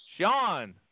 Sean